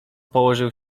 położył